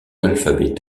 l’alphabet